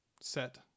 set